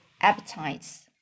appetites